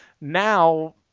now –